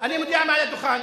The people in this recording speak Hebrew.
אני מודיע מעל הדוכן,